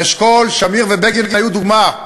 אשכול, שמיר ובגין היו דוגמה,